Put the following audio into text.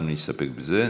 אנחנו נסתפק בזה,